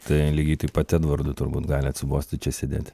tai lygiai taip pat edvardui turbūt gali atsibosti čia sėdėti